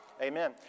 Amen